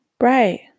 Right